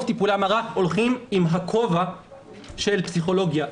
טיפולי ההמרה הולכים עם הכובע של פסיכולוגיה.